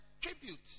tribute